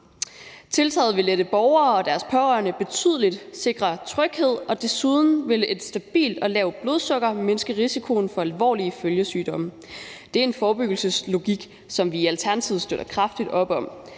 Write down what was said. Tiltaget vil lette borgere og deres pårørende betydeligt og sikre tryghed, og desuden vil et stabilt blodsukker mindske risikoen for alvorlige følgesygdomme. Det er en forebyggelseslogik, som vi i Alternativet støtter kraftigt op om.